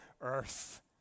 earth